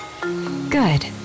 Good